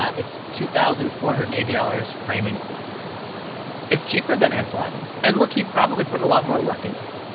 ah it's two thousand four hundred and eighty dollars, frame included it's cheaper than ansel adams. and look, he probably put a lot more work into it